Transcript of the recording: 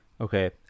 Okay